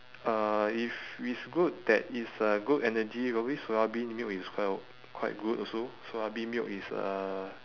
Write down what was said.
uh if it's good that is uh good energy probably soya bean milk is well quite good also soya bean milk is a